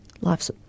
Life's